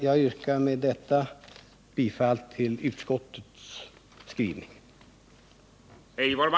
Jag yrkar bifall till utskottets hemställan.